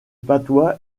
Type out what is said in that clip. patois